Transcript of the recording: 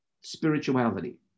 spirituality